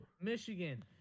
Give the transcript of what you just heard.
Michigan